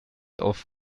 auf